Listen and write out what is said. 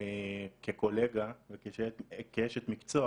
כקולגה וכאשת מקצוע